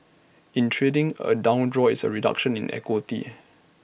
in trading A down draw is A reduction in equity